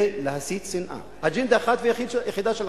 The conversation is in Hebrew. זה להסית לשנאה, האג'נדה האחת והיחידה שלכם.